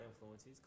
influences